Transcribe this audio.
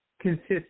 consists